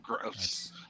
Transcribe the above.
gross